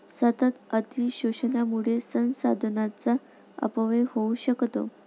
सतत अतिशोषणामुळे संसाधनांचा अपव्यय होऊ शकतो